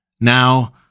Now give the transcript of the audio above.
Now